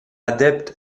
adepte